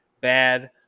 bad